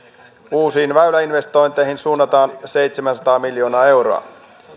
uusiin väyläinvestointeihin suunnataan seitsemänsataa miljoonaa euroa